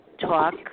talk